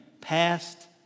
passed